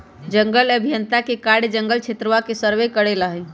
जंगल अभियंता के कार्य जंगल क्षेत्रवा के सर्वे करे ला हई